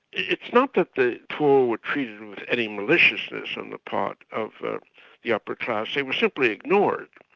it's not that the poor were treated with any maliciousness on the part of the the upper class, they were simply ignored.